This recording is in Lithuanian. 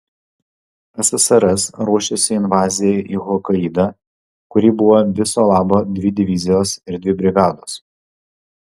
ssrs ruošėsi invazijai į hokaidą kuri buvo viso labo dvi divizijos ir dvi brigados